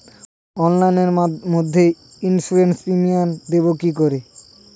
অনলাইনে মধ্যে insurance premium দেবো কি করে?